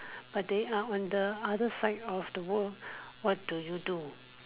but they are on the other side of the world what do you do